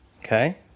Okay